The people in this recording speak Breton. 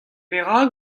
perak